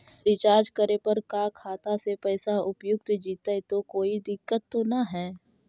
Recharge करे पर का खाता से पैसा उपयुक्त जितै तो कोई दिक्कत तो ना है?